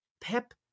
Pep